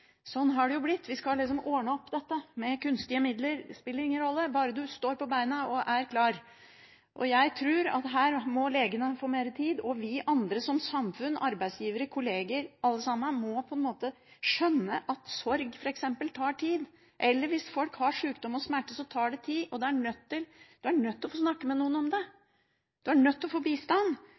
Sånn har det blitt. Vi skal ordne opp i dette med kunstige midler, og det spiller ingen rolle – bare man står på beina og er klar. Jeg tror at her må legene få mer tid, og at vi andre som samfunn – arbeidsgivere, kolleger, alle sammen – må skjønne at f.eks. sorg tar tid, eller at hvis folk har sykdom og smerter, tar det tid, og da er man nødt til å få snakket med noen om det. Man er nødt til å få bistand.